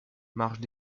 marchent